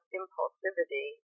impulsivity